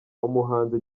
umuhanzi